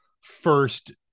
first